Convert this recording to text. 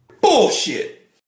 Bullshit